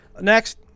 next